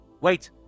wait